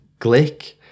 Glick